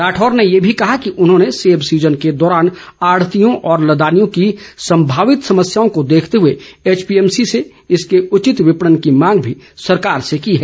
राठौर ने ये भी कहा कि उन्होंने सेब सीजन के दौरान आढ़तियों और लदानियों की संभावित समस्याओं को देखते हुए एचपीएमसी से इसके उचित विपणन की मांग भी सरकार से की है